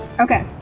Okay